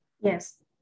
Yes